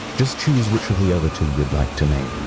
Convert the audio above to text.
just choose which of the other two you'd like to name.